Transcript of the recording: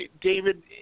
David